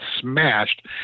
smashed